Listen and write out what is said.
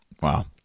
Wow